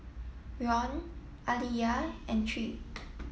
Ron Aliyah and Tre